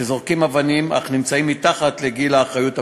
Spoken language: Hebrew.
שזורקים אבנים אך נמצאים מתחת לגיל האחריות הפלילית.